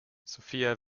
sophia